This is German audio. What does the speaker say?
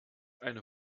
eine